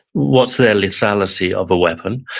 what's their lethalacy of a weapon?